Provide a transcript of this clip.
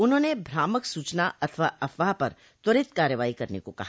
उन्होंने भ्रामक सूचना अथवा अफवाह पर त्वरित कारवाई करने को कहा